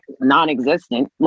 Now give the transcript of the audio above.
non-existent